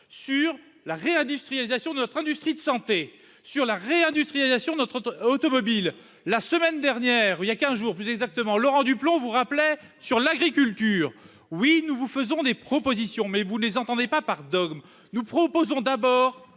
sur la réindustrialisation de notre industrie de santé sur la réindustrialisation notre automobile la semaine dernière ou il y a 15 jours plus exactement Laurent Duplomb vous rappelait sur l'agriculture, oui, nous vous faisons des propositions mais vous les entendez pas par dogme, nous proposons d'abord